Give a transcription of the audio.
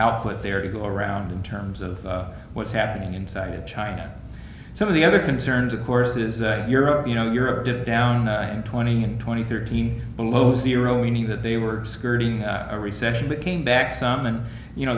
output there you go around in terms of what's happening inside of china some of the other concerns of course is europe you know europe it down twenty and twenty thirteen below zero we knew that they were skirting a recession but came back some and you know